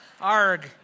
Arg